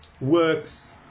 works